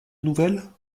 nouvelles